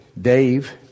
Dave